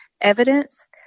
evidence